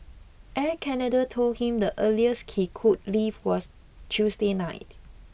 Air Canada told him the earliest he could leave was Tuesday night